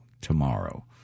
tomorrow